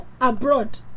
Abroad